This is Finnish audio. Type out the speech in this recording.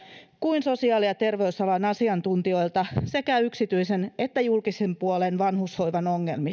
kuin sosiaali ja terveysalan asiantuntijoilta sekä yksityisen että julkisen puolen vanhushoivan ongelmista